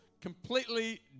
completely